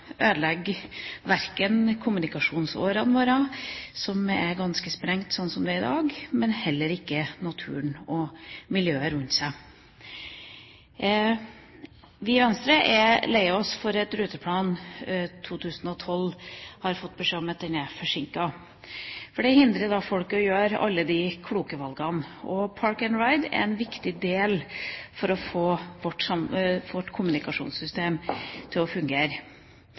våre kommunikasjonsårer, som er ganske sprengt slik som det er i dag, og heller ikke naturen og miljøet rundt oss. Vi i Venstre er lei oss for å ha fått beskjed om at Ruteplan 2012 er forsinket. Det hindrer folk i å gjøre alle de kloke valgene. «Park and ride» er en viktig del for å få vårt kommunikasjonssystem til å fungere.